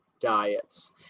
diets